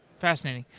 fascinating.